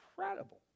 incredible